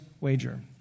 Wager